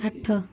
ଆଠ